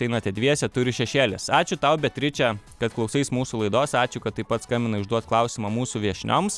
einate dviese turi šešėlis ačiū tau beatriče kad klausais mūsų laidos ačiū kad taip pat skambinai užduot klausimą mūsų viešnioms